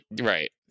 Right